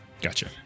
gotcha